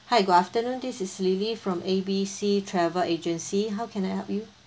hi good afternoon this is lily from A B C travel agency how can I help you